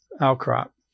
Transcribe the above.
outcrop